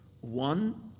one